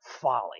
folly